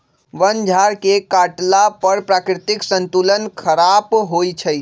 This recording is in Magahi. वन झार के काटला पर प्राकृतिक संतुलन ख़राप होइ छइ